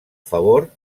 favor